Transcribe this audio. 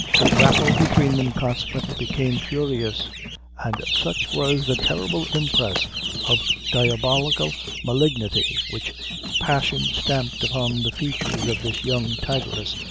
the grapple between them consequently became furious and such was the terrible impress of diabolical malignity which passion stamped upon the features of this young tigress,